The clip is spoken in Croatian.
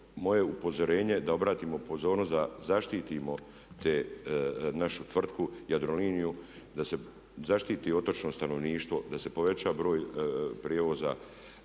moje upozorenje da obratimo pozornost da zaštitimo tu našu tvrtku Jadroliniju, da se zaštiti otočno stanovništvo, da se poveća broj prijevoza